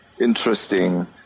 interesting